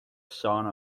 son